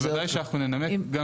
בוודאי שאנחנו ננמק.